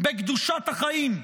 בקדושת החיים.